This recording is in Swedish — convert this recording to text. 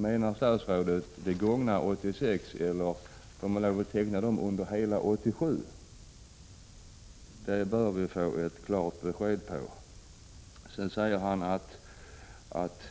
Menar statsrådet det gångna året 1986, eller kommer försäkringar att tecknas under hela 1987? Jag vill ha ett klart besked om detta. Sedan säger statsrådet